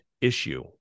issue